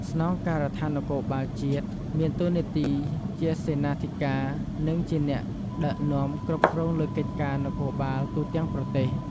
ស្នងការដ្ឋាននគរបាលជាតិ មានតួនាទីជាសេនាធិការ និងជាអ្នកដឹកនាំគ្រប់គ្រងលើកិច្ចការនគរបាលទូទាំងប្រទេស។